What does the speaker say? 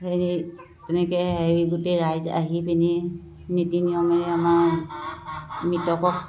হেৰি তেনেকৈ হেৰি গোটেই ৰাইজ আহি পিনি নীতি নিয়মেৰে আমাৰ মৃতকক